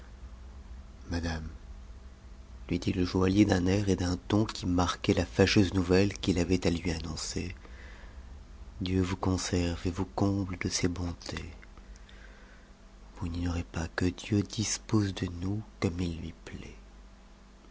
madame lui dit le joaillier d'un air et d'un ton qui marquaient la fâcheuse nouvelle qu'il avait à lui annoncer dieu vous conserve et vous comble de ses bontés vous n'ignorez pas que dieu dispose de nous comme il lui plaît